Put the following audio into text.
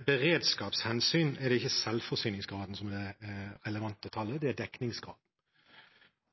beredskapshensyn, er det ikke selvforsyningsgraden som er det relevante, det er dekningsgraden.